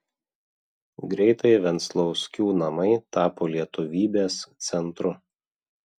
greitai venclauskių namai tapo lietuvybės centru